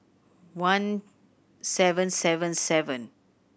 one seven seven seven